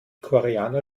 koreaner